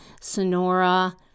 Sonora